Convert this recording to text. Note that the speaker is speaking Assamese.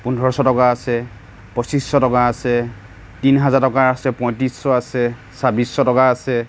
পোন্ধৰশ টকাৰ আছে পঁচিছশ টকা আছে তিন হাজাৰ টকাৰ আছে পয়ত্ৰিছশৰ আছে ছাব্বিছশ টকাৰ আছে